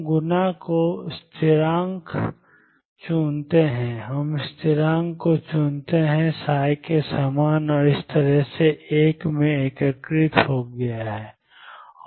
हम गुणांक को स्थिरांक चुनते हैं हम स्थिरांक को चुनते हैं के सामने और इस तरह कि यह 1 में एकीकृत हो गया है